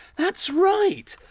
that's right.